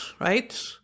right